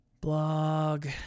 blog